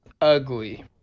ugly